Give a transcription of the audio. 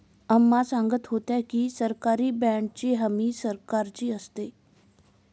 अम्मा सांगत होत्या की, सरकारी बाँडची हमी सरकारची असते